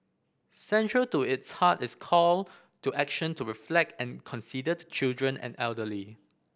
central to its heart is call to action to reflect and consider the children and elderly